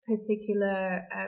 particular